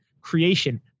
Creation